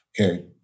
okay